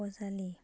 Bajali